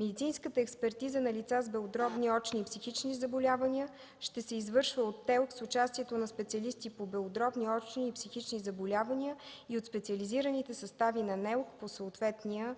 Медицинската експертиза на лица с белодробни, очни и психични заболявания ще се извършва от ТЕЛК с участието на специалисти по белодробни, очни и психични заболявания и от специализираните състави на НЕЛК по съответния